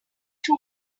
too